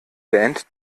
band